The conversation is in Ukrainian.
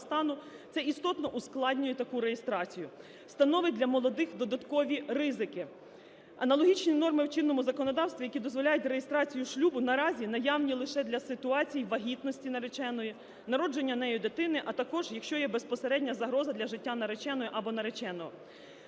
це істотно ускладнює таку реєстрацію, становить для молодих додаткові ризики. Аналогічні норми в чинному законодавстві, які дозволяють реєстрацію шлюбу наразі наявні лише для ситуації вагітності нареченої, народження нею дитини, а також якщо є безпосередня загроза для життя нареченої або нареченого.